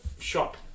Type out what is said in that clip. shop